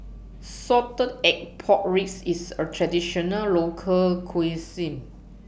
Salted Egg Pork Ribs IS A Traditional Local Cuisine